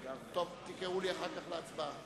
טוב, תקראו לי אחר כך להצבעה.